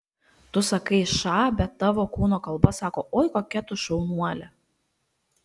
tu sakai ša bet tavo kūno kalba sako oi kokia tu šaunuolė